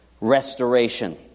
restoration